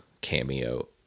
cameo